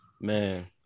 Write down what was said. Man